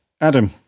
adam